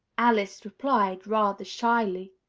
alice replied, rather shyly,